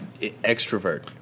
extrovert